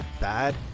bad